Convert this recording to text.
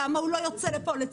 למה הוא לא יוצא לפועל?